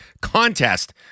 contest